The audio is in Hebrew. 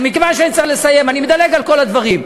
מכיוון שאני צריך לסיים, אני מדלג על כל הדברים.